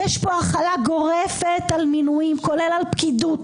יש פה החלה גורפת על מינויים, כולל על פקידות.